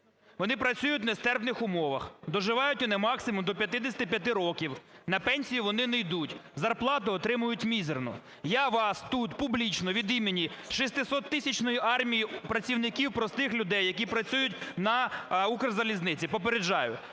Вони працюють в нестерпних умовах, доживають вони, максимум, до 55 років, на пенсію вони не йдуть, зарплату отримують мізерну. Я вас тут публічно від імені шестисоттисячної армії працівників – простих людей, які працюють на "Укрзалізниці" попереджаю.